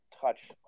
touch